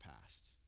past